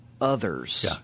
Others